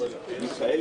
10:26.